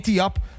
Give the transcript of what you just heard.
Up